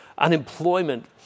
unemployment